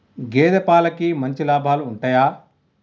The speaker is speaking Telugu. గేదే పాలకి మంచి లాభాలు ఉంటయా?